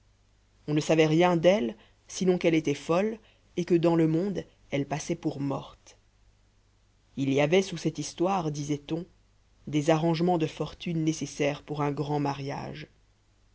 on ne savait rien d'elle sinon qu'elle était folle et que dans le monde elle passait pour morte il y avait sous cette histoire disait-on des arrangements de fortune nécessaires pour un grand mariage